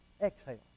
exhale